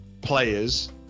players